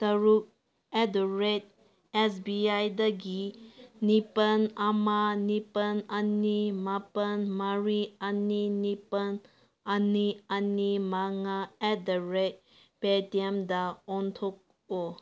ꯇꯔꯨꯛ at the rate S B ꯑꯥꯏꯗꯒꯤ ꯅꯤꯄꯥꯜ ꯑꯃ ꯅꯤꯄꯥꯜ ꯑꯅꯤ ꯃꯥꯄꯜ ꯃꯔꯤ ꯑꯅꯤ ꯅꯤꯄꯥꯜ ꯑꯅꯤ ꯑꯅꯤ ꯃꯉꯥ ꯑꯦꯠ ꯗ ꯔꯦꯠ ꯄꯦ ꯇꯦꯝꯗ ꯑꯣꯟꯊꯣꯛꯑꯣ